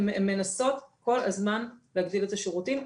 הן מנסות כל הזמן להגדיל את השירותים.